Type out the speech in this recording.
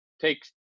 take